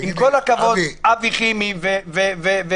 עם כל הכבוד אבי חימי והשר,